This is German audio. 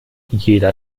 jeder